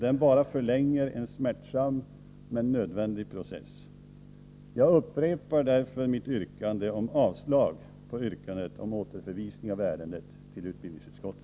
Den bara förlänger en smärtsam men nödvändig process. Jag upprepar därför min hemställan om avslag på yrkandet om återförvisning av ärendet till utbildningsutskottet.